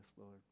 Lord